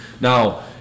Now